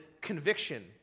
conviction